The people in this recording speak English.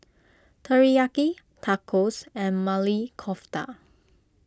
Teriyaki Tacos and Maili Kofta